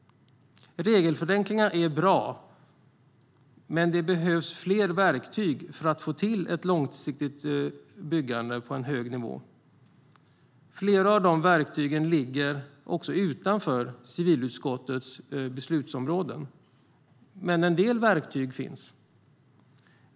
Regelförenklingar är bra. Men det behövs fler verktyg för att få till ett långsiktigt byggande på en hög nivå. Flera av de verktygen ligger utanför civilutskottets beslutsområden. Men en del verktyg finns.